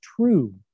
true